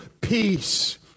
peace